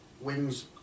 wings